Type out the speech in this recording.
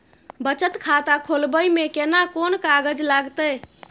बचत खाता खोलबै में केना कोन कागज लागतै?